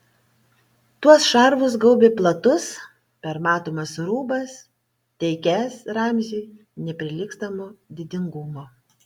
tuos šarvus gaubė platus permatomas rūbas teikęs ramziui neprilygstamo didingumo